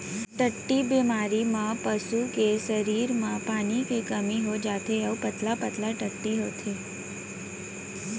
टट्टी बेमारी म पसू के सरीर म पानी के कमी हो जाथे अउ पतला पतला टट्टी होथे